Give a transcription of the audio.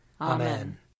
Amen